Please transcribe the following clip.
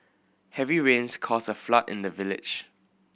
heavy rains caused a flood in the village